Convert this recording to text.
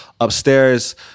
Upstairs